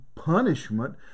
punishment